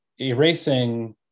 erasing